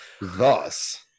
thus